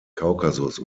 kaukasus